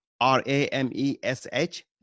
R-A-M-E-S-H